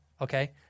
okay